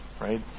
right